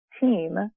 team